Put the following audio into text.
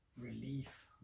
relief